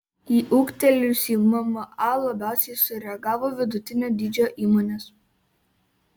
į ūgtelėjusį mma labiausiai sureagavo vidutinio dydžio įmonės